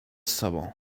sobą